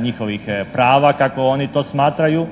njihovih prava kako oni to smatraju,